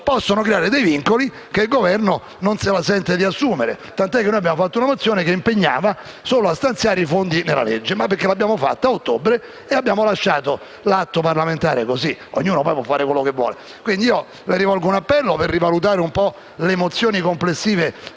Grazie a tutti.